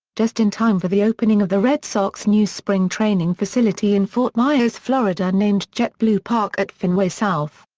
just in time for the opening of the red sox new spring training facility in fort myers, fl ah ah named jetblue park at fenway south.